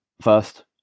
First